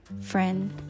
friend